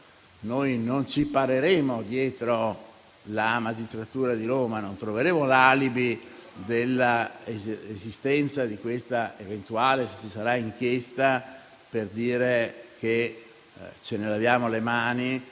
Noi non ci pareremo dietro la magistratura di Roma; non troveremo l'alibi dell'esistenza di questa eventuale inchiesta - se ci sarà - per dire che ce ne laviamo le mani